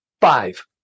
Five